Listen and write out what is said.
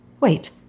Wait